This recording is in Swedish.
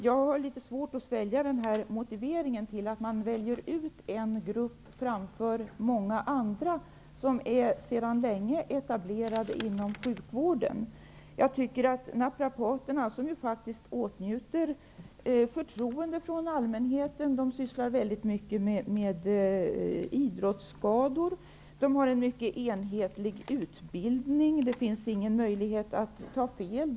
Jag har litet svårt att svälja nämnda motivering när det gäller att välja ut en grupp och låta många andra vänta som sedan länge är etablerade inom sjukvården. Naprapaterna åtnjuter faktiskt allmänhetens förtroende, och de sysslar väldigt mycket med idrottsskador. Vidare har de en mycket enhetlig utbildning. Det finns inte en möjlighet att missta sig i det avseendet.